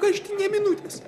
gaišti nė minutės